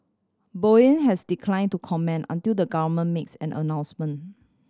Boeing has declined to comment until the government makes an announcement